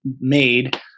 made